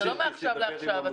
זה לא מעכשיו לעכשיו.